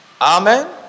Amen